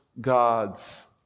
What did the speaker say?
God's